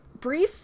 Brief